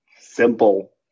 simple